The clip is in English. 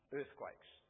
earthquakes